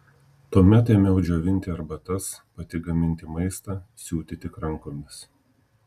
tuomet ėmiau džiovinti arbatas pati gaminti maistą siūti tik rankomis